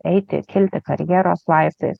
eiti kilti karjeros laiptais